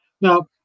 Now